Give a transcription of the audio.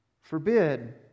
Forbid